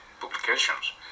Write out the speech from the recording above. publications